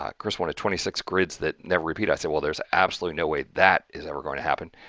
um kris wanted twenty six grids that never repeat, i said well there's absolutely no way that is ever going to happen!